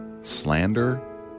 slander